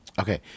Okay